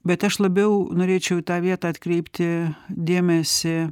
bet aš labiau norėčiau į tą vietą atkreipti dėmesį